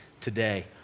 today